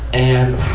and,